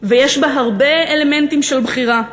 ויש בה הרבה אלמנטים של בחירה.